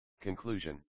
Conclusion